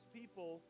people